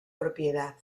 propiedad